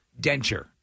denture